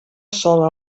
sola